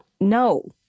no